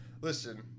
Listen